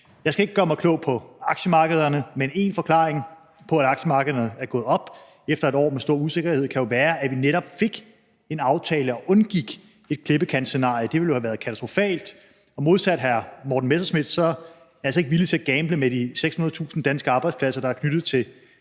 Jeg skal ikke gøre mig klog på aktiemarkederne, men én forklaring på, at aktiemarkederne er gået op efter et år med stor usikkerhed, kan jo være, at vi netop fik en aftale og undgik et klippekantsscenarie. Det ville jo have været katastrofalt, og modsat hr. Morten Messerschmidt er jeg altså ikke villig til at gamble med de 600.000 danske arbejdspladser, der er knyttet til